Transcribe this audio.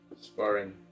Sparring